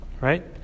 Right